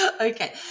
Okay